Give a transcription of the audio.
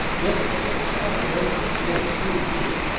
this latest challenger was named bu zhi,